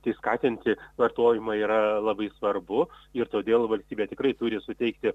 tai skatinti vartojimą yra labai svarbu ir todėl valstybė tikrai turi suteikti